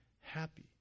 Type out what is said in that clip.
happy